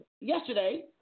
yesterday